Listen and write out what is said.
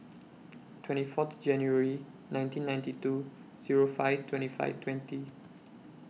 twenty four January nineteen ninety two Zero five twenty five twenty